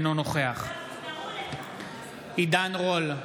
אינו נוכח עידן רול,